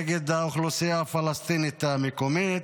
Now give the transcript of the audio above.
נגד האוכלוסייה הפלסטינית המקומית,